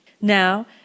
Now